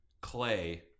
Clay